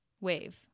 wave